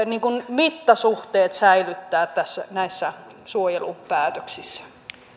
mittasuhteet täytyy säilyttää näissä suojelupäätöksissä